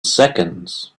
seconds